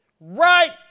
Right